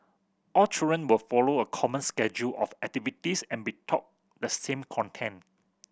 all children will follow a common schedule of activities and be taught the same content